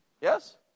Yes